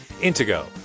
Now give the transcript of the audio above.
Intego